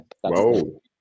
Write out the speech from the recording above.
Whoa